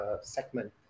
segment